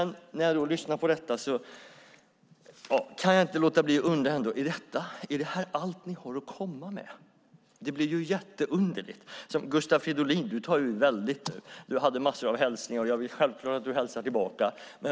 När jag lyssnar på detta kan jag inte låta bli att undra: Är det här allt ni har att komma med? Det blir ju jätteunderligt. Gustav Fridolin, du hade massor av hälsningar, och jag vill självklart att du hälsar tillbaka.